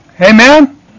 Amen